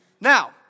Now